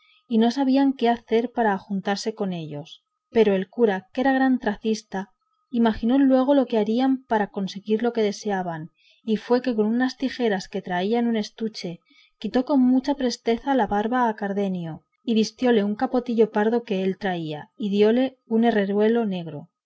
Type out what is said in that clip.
y no sabían qué hacerse para juntarse con ellos pero el cura que era gran tracista imaginó luego lo que harían para conseguir lo que deseaban y fue que con unas tijeras que traía en un estuche quitó con mucha presteza la barba a cardenio y vistióle un capotillo pardo que él traía y diole un herreruelo negro